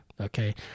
okay